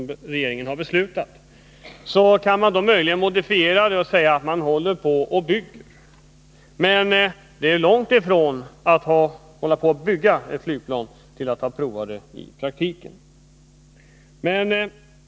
Man kan möjligen modifiera Bertil Zachrissons och mitt uttalande och säga att man håller på att bygga det här flygplanet, men det är stor skillnad mellan att hålla på att bygga ett plan och att ha prövat det i praktiken.